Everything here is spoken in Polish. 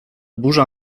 burza